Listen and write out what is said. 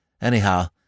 Anyhow—